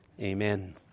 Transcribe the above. Amen